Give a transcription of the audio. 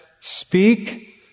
Speak